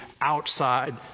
outside